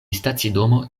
stacidomo